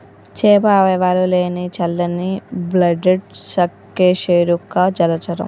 చేప అవయవాలు లేని చల్లని బ్లడెడ్ సకశేరుక జలచరం